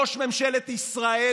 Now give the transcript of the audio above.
ראש ממשלת ישראל,